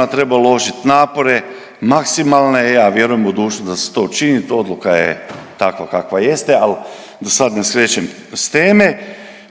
da treba uložit napore maksimalne i ja vjerujem u budućnost da se to učini, odluka je takva kakva jeste, al da sad ne skrećem s teme,